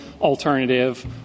alternative